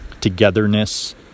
togetherness